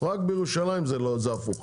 רק בירושלים זה הפוך.